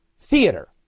theater